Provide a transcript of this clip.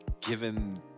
given